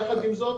יחד עם זאת,